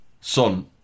son